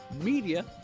media